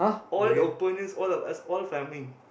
all opponents all of us all farming